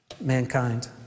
mankind